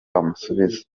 amusubiza